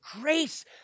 grace